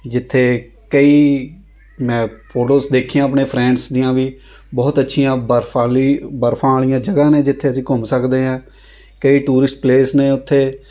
ਜਿੱਥੇ ਕਈ ਮੈਂ ਫੋਟੋਜ਼ ਦੇਖੀਆਂ ਆਪਣੇ ਫ੍ਰੈਂਡਜ਼ ਦੀਆਂ ਵੀ ਬਹੁਤ ਅੱਛੀਆਂ ਬਰਫ਼ ਵਾਲੀ ਬਰਫ਼ਾਂ ਵਾਲੀਆਂ ਜਗ੍ਹਾ ਨੇ ਜਿੱਥੇ ਅਸੀਂ ਘੁੰਮ ਸਕਦੇ ਹੈ ਕਈ ਟੂਰਿਸਟ ਪਲੇਸ ਨੇ ਉੱਥੇ